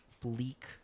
bleak